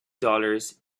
dollars